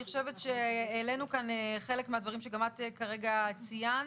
אני חושבת שהעלינו כאן חלק מהדברים שגם את כרגע ציינת,